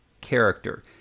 character